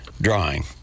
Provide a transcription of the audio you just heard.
drawing